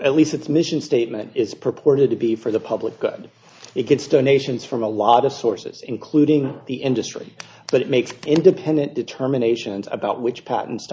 at least its mission statement is purported to be for the public good it gets donations from a lot of sources including the industry but it makes independent determinations about which patents to